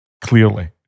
Clearly